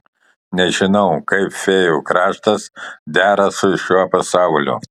nežinau kaip fėjų kraštas dera su šiuo pasauliu